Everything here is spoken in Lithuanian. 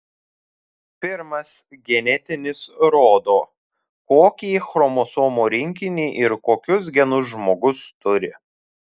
pirmas genetinis rodo kokį chromosomų rinkinį ir kokius genus žmogus turi